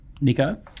Nico